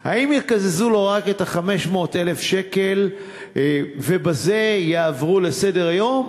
האם יקזזו לו רק את ה-500,000 שקל ובזה יעברו לסדר-היום,